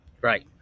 Right